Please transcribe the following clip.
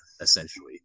essentially